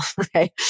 Okay